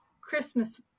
Christmas